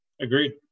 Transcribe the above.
Agreed